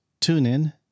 TuneIn